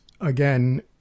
again